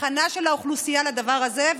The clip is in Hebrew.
הכנה של האוכלוסייה לדבר הזה,